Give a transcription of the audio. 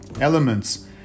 elements